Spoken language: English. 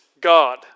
God